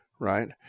Right